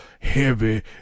heavy